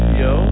yo